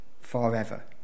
forever